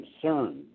concern